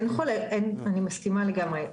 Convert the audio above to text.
אני מסכימה לגמרי,